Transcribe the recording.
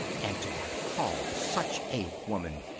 and to have called such a woman!